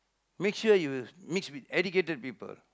make sure you mix with educated people